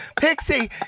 Pixie